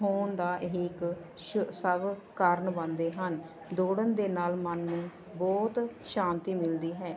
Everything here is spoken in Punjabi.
ਹੋਣ ਦਾ ਇਹ ਇੱਕ ਸ ਸਭ ਕਾਰਨ ਬਣਦੇ ਹਨ ਦੌੜਨ ਦੇ ਨਾਲ ਮਨ ਨੂੰ ਬਹੁਤ ਸ਼ਾਂਤੀ ਮਿਲਦੀ ਹੈ